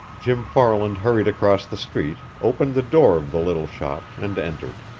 jim farland hurried across the street, opened the door of the little shop, and entered.